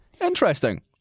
interesting